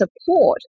support